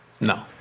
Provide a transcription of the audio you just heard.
No